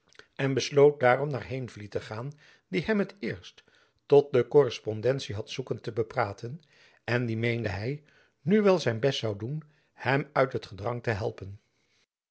en besloot daarom naar heenvliet te gaan die hem t eerst tot de korrespondentie had zoeken te bepraten en die jacob van lennep elizabeth musch meende hy nu wel zijn best zoû doen hem uit het gedrang te helpen